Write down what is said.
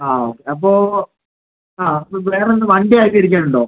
ആ അപ്പോൾ ആ വേറെ എന്തെങ്കിലും വണ്ടി അലങ്കരിക്കാൻ ഉണ്ടോ